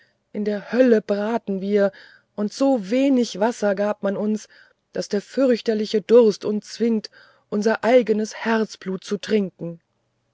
in der hölle braten wir und so wenig wasser gab man uns daß der fürchterliche durst uns zwingt unser eignes herzblut zu trinken